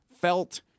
felt